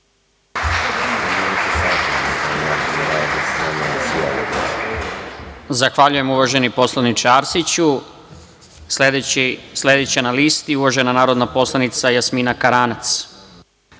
Zahvaljujem, uvaženi poslaniče Arsiću. Sledeća na listi je uvažena narodna poslanica Jasmina Karanac.